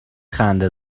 خنده